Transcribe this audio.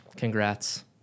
Congrats